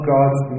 God's